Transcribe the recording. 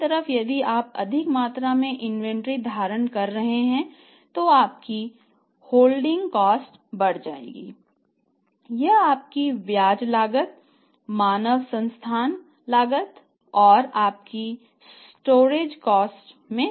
दूसरी तरफ यदि आप अधिक मात्रा में इन्वेंट्री धारण कर रहे हैं तो आपकी होल्डिंग लागत बढ़ जाएगी यह आपकी ब्याज लागत में वृद्धि होगी